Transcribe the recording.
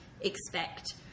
expect